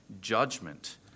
judgment